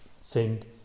Saint